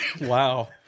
Wow